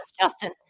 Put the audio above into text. justin